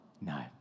No